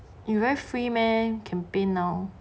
you very free meh can paint now